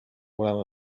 olema